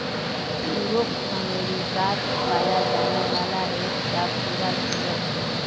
Duroc अमेरिकात पाया जाने वाला एक टा भूरा सूअर छे